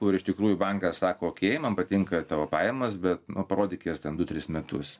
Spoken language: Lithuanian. kur iš tikrųjų bankas sako okei man patinka tavo pajamos bet nu parodyk jas ten du tris metus